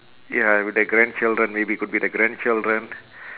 ya with the grandchildren maybe could be the grandchildren